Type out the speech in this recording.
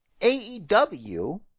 AEW